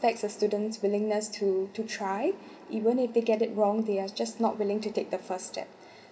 affects a student's willingness to to try even if they get it wrong they are just not willing to take the first step